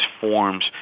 forms